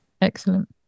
Excellent